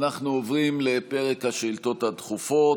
אנחנו עוברים לפרק השאילתות הדחופות,